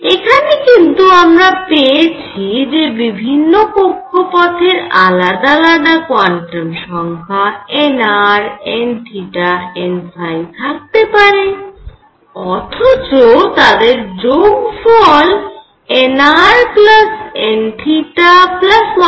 এখানে কিন্তু আমরা পেয়েছি যে বিভিন্ন কক্ষপথের আলাদা আলাদা কোয়ান্টাম সংখ্যা nrnnথাকতে পারে অথচ তাদের যোগফল nrn